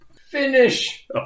Finish